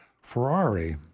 Ferrari